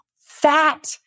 Fat